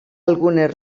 algunes